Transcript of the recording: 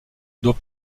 doit